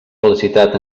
felicitat